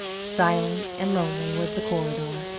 silent and lonely was the corridor.